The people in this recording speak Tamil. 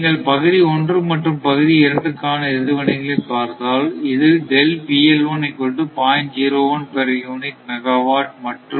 நீங்கள் பகுதி 1 மற்றும் பகுதி 2 காண எதிர்வினைகளை பார்த்தால் இது பெர் யூனிட் மெகவாட் மற்றும்